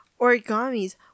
origamis